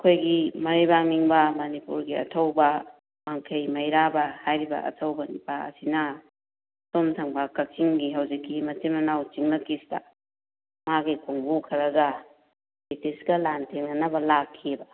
ꯑꯩꯈꯣꯏꯒꯤ ꯃꯔꯩꯕꯥꯛ ꯅꯤꯡꯕ ꯃꯅꯤꯄꯨꯔꯒꯤ ꯑꯊꯧꯕ ꯋꯥꯡꯈꯩ ꯃꯩꯔꯥꯕ ꯍꯥꯏꯔꯤꯕ ꯑꯊꯧꯕ ꯅꯤꯄꯥ ꯑꯁꯤꯅ ꯁꯣꯝ ꯊꯪꯕ ꯀꯥꯛꯆꯤꯡꯒꯤ ꯍꯧꯖꯤꯛꯀꯤ ꯃꯆꯤꯟ ꯃꯅꯥꯎ ꯆꯤꯡꯂꯛꯀꯤꯁꯤꯗ ꯃꯥꯒꯤ ꯈꯣꯡꯕꯨ ꯈꯔꯒ ꯕ꯭ꯔꯤꯇꯤꯁꯀ ꯂꯥꯟꯊꯦꯡꯅꯅꯕ ꯂꯥꯛꯈꯤꯑꯕ